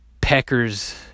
Peckers